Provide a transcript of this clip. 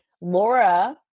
Laura